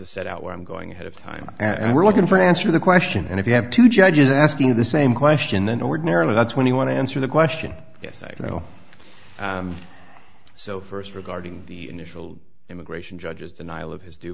to set out where i'm going ahead of time and we're looking for an answer the question and if you have two judges asking the same question then ordinarily that's when you want to answer the question yes i know so first regarding the initial immigration judges denial of his due